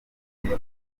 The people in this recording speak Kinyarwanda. ngo